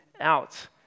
out